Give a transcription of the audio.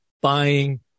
buying